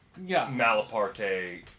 Malaparte